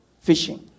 fishing